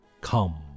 come